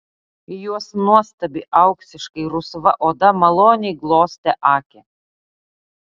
jos nuostabi auksiškai rusva oda maloniai glostė akį